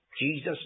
Jesus